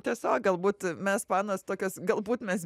tiesiog galbūt mes panos tokios galbūt mes